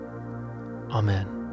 Amen